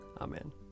Amen